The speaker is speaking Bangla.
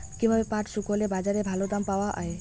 কীভাবে পাট শুকোলে বাজারে ভালো দাম পাওয়া য়ায়?